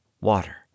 Water